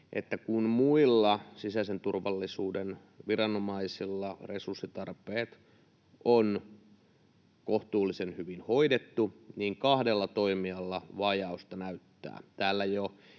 herää: Kun muilla sisäisen turvallisuuden viranomaisilla resurssitarpeet on kohtuullisen hyvin hoidettu, niin kahdella toimialalla vajausta näyttää.